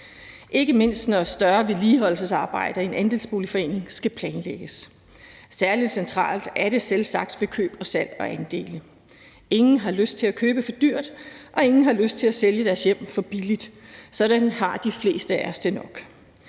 ikke mindst, når større vedligeholdelsesarbejder i en andelsboligforening skal planlægges. Særlig centralt er det selvsagt ved køb og salg af andele. Ingen har lyst til at købe for dyrt, og ingen har lyst til at sælge deres hjem for billigt. Sådan har de fleste af os det nok.